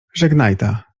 żegnajta